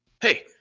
Hey